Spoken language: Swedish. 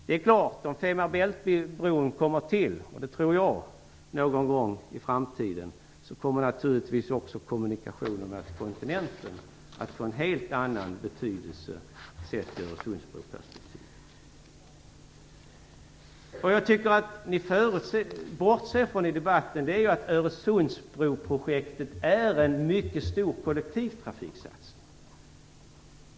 Om Fehmarn Bält-bron kommer till någon gång i framtiden - och det tror jag - kommer naturligtvis också kommunikationerna med kontinenten att få en helt annan betydelse i Öresundsbroperspektivet. Något som jag tycker att ni bortser ifrån i debatten är att Öresundsbroprojektet är en mycket stor kollektivtrafiksatsning.